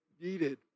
needed